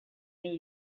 new